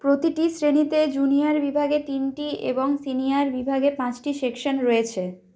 প্রতিটি শ্রেণীতে জুনিয়র বিভাগে তিনটি এবং সিনিয়র বিভাগে পাঁচটি সেকশন রয়েছে